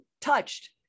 touched